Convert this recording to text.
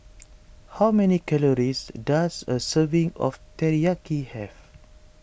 how many calories does a serving of Teriyaki have